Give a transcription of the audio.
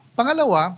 Pangalawa